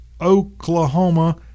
Oklahoma